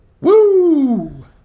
Woo